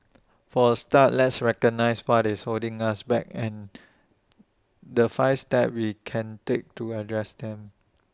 for A start let's recognize what's holding us back and the five steps we can take to address them